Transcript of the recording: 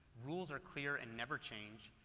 rules are clear and never changed,